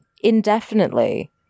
indefinitely